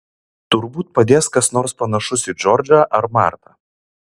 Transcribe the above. turbūt padės kas nors panašus į džordžą ar martą